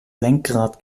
lenkrad